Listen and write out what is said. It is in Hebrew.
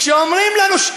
כשאומרים לנו,